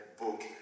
book